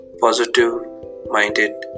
positive-minded